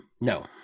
No